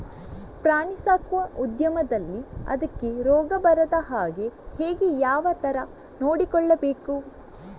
ಪ್ರಾಣಿ ಸಾಕುವ ಉದ್ಯಮದಲ್ಲಿ ಅದಕ್ಕೆ ರೋಗ ಬಾರದ ಹಾಗೆ ಹೇಗೆ ಯಾವ ತರ ನೋಡಿಕೊಳ್ಳಬೇಕು?